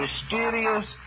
mysterious